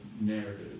narrative